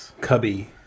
cubby